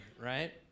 right